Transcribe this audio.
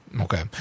Okay